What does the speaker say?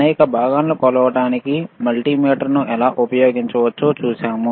అనేక భాగాలను కొలవడానికి మల్టీమీటర్ను ఎలా ఉపయోగించవచ్చో చూశాము